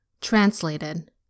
Translated